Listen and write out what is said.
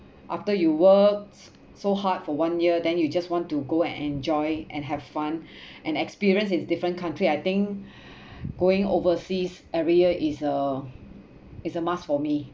after you work so hard for one year then you just want to go and enjoy and have fun and experience in different country I think going overseas every year is a is a must for me